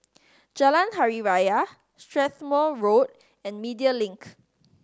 Jalan Hari Raya Strathmore Road and Media Link